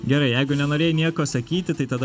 gerai jeigu nenorėjai nieko sakyti tai tada